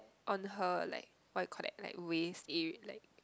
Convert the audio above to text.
on her like what you call that like waist area like